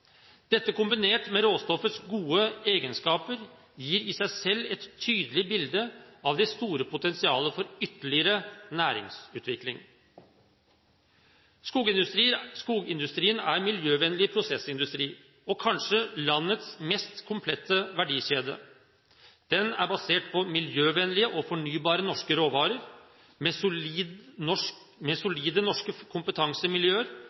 Dette – kombinert med råstoffets gode egenskaper – gir i seg selv et tydelig bilde av det store potensialet for ytterligere næringsutvikling. Skogindustrien er en miljøvennlig prosessindustri og kanskje landets mest komplette verdikjede. Den er basert på miljøvennlige og fornybare norske råvarer, med solide norske kompetansemiljøer og med